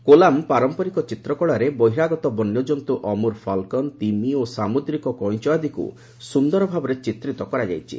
କୋଲାମ ପାରମ୍ପରିକ ଚିତ୍ରକଳାରେ ବହିରାଗତ ବନ୍ୟକନ୍ତୁ ଅମୁର୍ ଫାଲକନ ତିମି ଓ ସାମୁଦ୍ରିକ କଇଁଛ ଆଦିକୁ ସୁନ୍ଦର ଭାବରେ ଚିତ୍ରିତ କରାଯାଇଛି